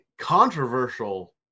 controversial